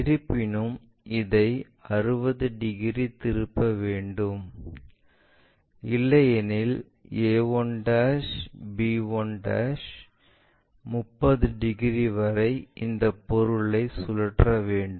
இருப்பினும் இதை 60 டிகிரி திருப்ப வேண்டும் இல்லையெனில் a 1 b 1 30 டிகிரி வரை இந்த பொருளை சுழற்ற வேண்டும்